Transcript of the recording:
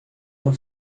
não